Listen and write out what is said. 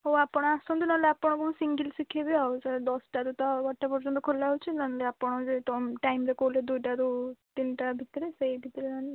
ହଉ ଆପଣ ଆସନ୍ତୁ ନହେଲେ ଆପଣଙ୍କୁ ମୁଁ ସିଙ୍ଗିଲ୍ ଶିଖାଇବି ଆଉ ସେ ଦଶଟାରୁ ତ ଗୋଟେ ପର୍ଯ୍ୟନ୍ତ ଖୋଲା ହେଉଛି ନହେଲେ ଆପଣ ଯଦି ଟାଇମ୍ରେ କହିଲେ ଦୁଇଟାରୁ ତିନିଟା ଭିତରେ ସେଇ ଭିତରେ ନହେଲେ